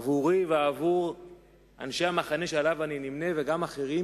עבורי ועבור אנשי המחנה שעמו אני נמנה וגם עבור אחרים,